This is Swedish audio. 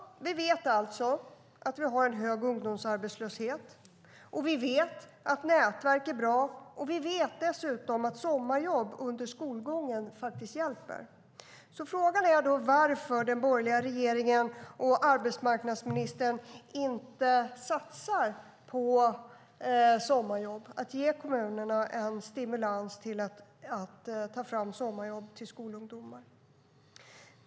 Vi vet alltså att vi har en hög ungdomsarbetslöshet. Vi vet att nätverk är bra. Vi vet dessutom att sommarjobb under skolgången hjälper. Frågan är då varför den borgerliga regeringen och arbetsmarknadsministern inte satsar på sommarjobb och på att ge kommunerna en stimulans för att ta fram sommarjobb till skolungdomar.